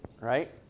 right